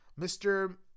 Mr